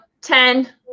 Ten